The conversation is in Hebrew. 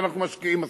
שאנחנו משקיעים מספיק,